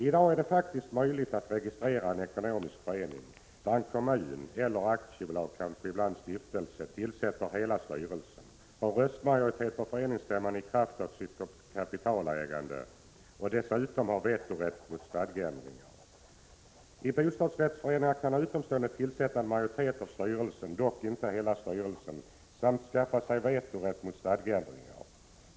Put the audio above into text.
I dag är det faktiskt möjligt att registrera en ekonomisk förening, där en kommun -— eller ett aktiebolag eller en stiftelse — tillsätter hela styrelsen, har röstmajoritet på föreningsstämman i kraft av sitt kapitalägande och dessutom har vetorätt mot stadgeändringar. I bostadsrättsföreningar kan utomstående tillsätta en majoritet av styrelsen — dock inte hela styrelsen — samt skaffa sig vetorätt mot stadgeändringar.